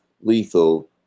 lethal